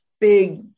big